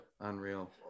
Unreal